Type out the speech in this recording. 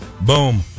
Boom